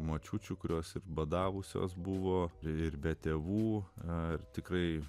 močiučių kurios ir badavusios buvo ir be tėvų ar tikrai